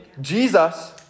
Jesus